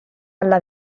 alla